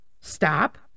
stop